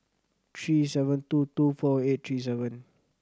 three seven two two four eight three seven